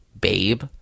babe